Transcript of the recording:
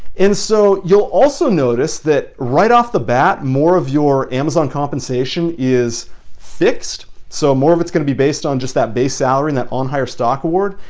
and so you'll also notice that, that, right off the bat, more of your amazon compensation is fixed. so more of it's gonna be based on just that base salary and that on hire stock award.